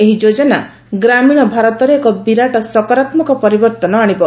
ଏହି ଯୋଜନା ଗ୍ରାମୀଣ ଭାରତରେ ଏକ ବିରାଟ ସକରାତ୍ମକ ପରିବର୍ତ୍ତନ ଆଣିବ